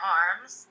arms